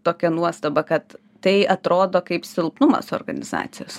tokia nuostaba kad tai atrodo kaip silpnumas organizacijos